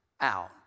out